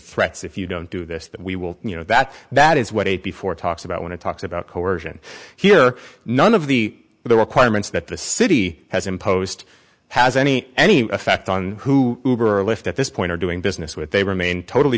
threats if you don't do this that we will you know that that is what it before talks about when it talks about coercion here none of the the requirements that the city has imposed has any any effect on who are left at this point or doing business with they remain totally